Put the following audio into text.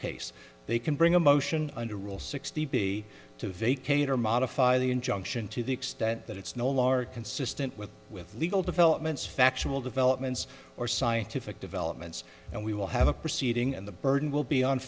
case they can bring a motion under rule sixty b to vacate or modify the injunction to the extent that it's no lark consistent with with legal developments factual developments or scientific developments and we will have a proceeding and the burden will be on